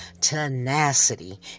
Tenacity